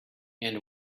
and